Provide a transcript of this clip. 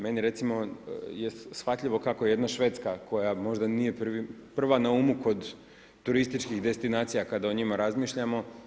Meni recimo, je shvatljivo kako jedna Švedska, koja možda nije prva na umu kod turističkih destinacija kada o njima razmišljamo.